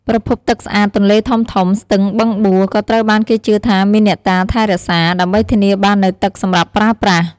ប្រភពទឹកស្អាត ទន្លេធំៗ ស្ទឹង បឹងបួ ក៏ត្រូវបានគេជឿថាមានអ្នកតាថែរក្សា ដើម្បីធានាបាននូវទឹកសម្រាប់ប្រើប្រាស់។